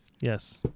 Yes